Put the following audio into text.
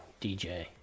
DJ